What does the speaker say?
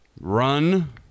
Run